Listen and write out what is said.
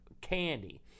candy